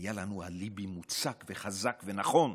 היה לנו אליבי מוצק וחזק ונכון.